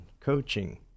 coaching